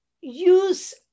use